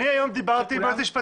אני היום דיברתי ב-זום עם יועץ משפטי.